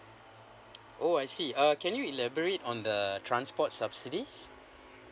oh I see uh can you elaborate on the transport subsidies